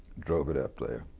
drove it up there